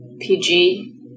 pg